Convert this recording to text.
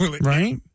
Right